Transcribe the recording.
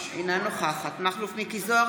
אינה נוכחת מכלוף מיקי זוהר,